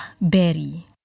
berry